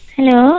Hello